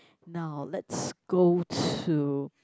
now let's go to